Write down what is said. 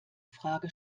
frage